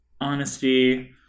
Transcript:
Honesty